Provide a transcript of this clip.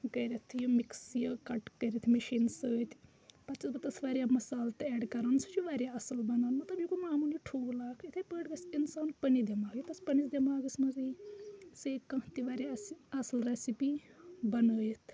کٔرِتھ مِکٕس یہِ کَٹ کٔرِتھ مِشینہِ سۭتۍ پَتہِ چھس بہٕ تَتھ واریاہ مَسالہٕ تہِ ایٚڈ کَران سُہ چھ وَارِیاہ اَصٕل بَنان مَطلَب یہِ گوٚو معمولی ٹھول اَکھ یِتھے پٲٹھۍ گَژھہِ اِنسان پَنہِ دٮ۪ماگہ یہِ تَس پَننس دٮ۪ماگَس منٛز یِیہِ سُہ ہیٚکہِ کانٛہہ تہِ وارِیاہ اَسہِ اصٕل ریٚسپی بَنٲیِتھ